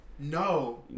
No